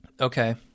Okay